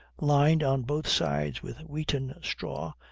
lined on both sides with wheaten straw,